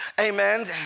Amen